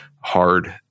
hard